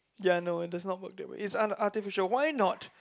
ya know that's not it is unartificial why not